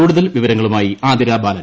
കൂടുതൽ വിവരങ്ങളുമായി ആതിര ബാലൻ